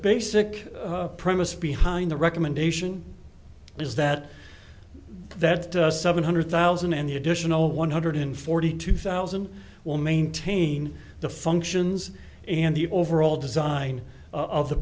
basic premise behind the recommendation is that that seven hundred thousand and the additional one hundred forty two thousand will maintain the functions and the overall design of the